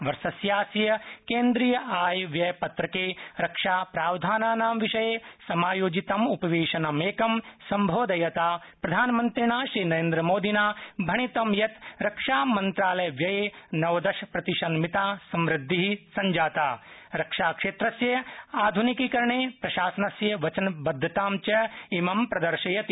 वर्षस्यास्य केन्द्रीय आय व्यय पत्रके रक्षाप्रावधानानां विषये समायोजितं उपवेशनमेकं सम्बोधयता प्रधानमन्त्रिणा श्रीमोदिना भणितं यत् रक्षामंत्रालयव्यये नवदशप्रतिशन्मिता संवृद्धि रक्षाक्षेत्रस्य आध्निकीकरणे प्रशासनस्य वचनबद्धतां प्रदर्शयति